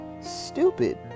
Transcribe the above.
Stupid